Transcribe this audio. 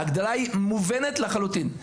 ההגדרה היא מובנת לחלוטין.